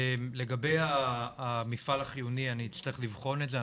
לגבי המפעל החיוני אני אצטרך לבחון את זה,